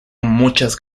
muchas